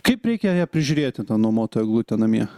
kaip reikia ją prižiūrėti tą nuomotą eglutę namie